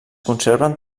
conserven